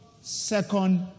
second